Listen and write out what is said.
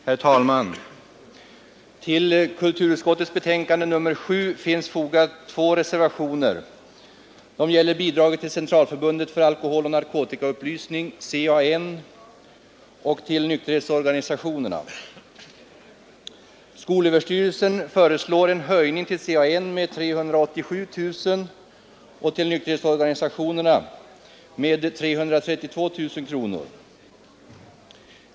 Herr talman! Vid kulturutskottets betänkande nr 7 finns fogade två reservationer. De gäller bidrag till Centralförbundet för alkoholoch narkotikaupplysning, CAN, och till nykterhetsorganisationerna. Skolöverstyrelsen föreslår en höjning till CAN med 387 000 kronor och till nykterhetsorganisationerna med 332 000 kronor.